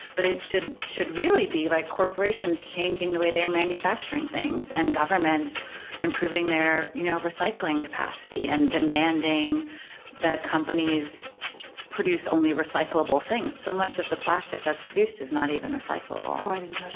but it should should really be like corporations changing the way they are manufacturing things and governments improving their you know recycling capacity and demanding that companies produce only recyclable things. so much of the plastic that's produced is not even recyclable. oh, i didn't know